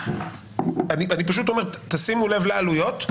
אני פשוט אומר שתשימו לב לעלויות.